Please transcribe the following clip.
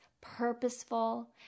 purposeful